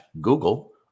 Google